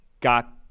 got